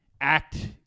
act